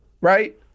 right